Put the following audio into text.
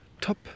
top